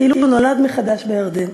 כאילו נולד מחדש בירדן.